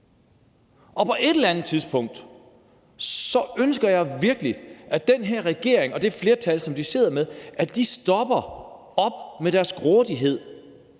På et eller andet tidspunkt ønsker jeg virkelig, at den her regering og det flertal, som de sidder med, stopper op med deres grådighed